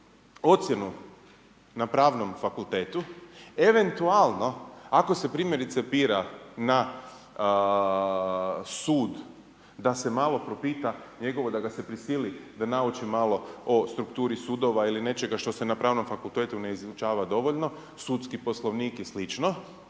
ocjenu na pravnom fakultetu, eventualno ako se primjerice bira na sud da se malo propita njegovo da ga se prisili da nauči malo o strukturi sudova ili nečega što se na pravnom fakultetu ne izučava dovoljno, sudski poslovnik i